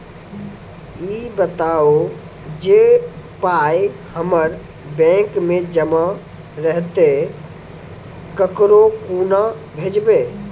ई बताऊ जे पाय हमर बैंक मे जमा रहतै तऽ ककरो कूना भेजबै?